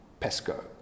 PESCO